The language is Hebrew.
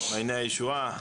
מעייני הישועה,